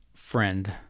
Friend